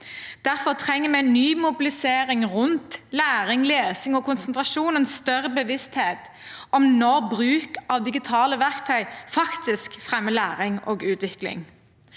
Derfor trenger vi en ny mobilisering rundt læring, lesing og konsentrasjon og en større bevissthet om når bruk av digitale verktøy faktisk fremmer læring og utvikling.